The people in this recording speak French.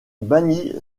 banni